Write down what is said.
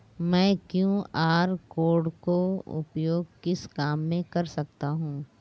मैं QR code का उपयोग किस काम में कर सकता हूं?